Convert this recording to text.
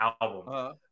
album